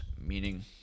meaning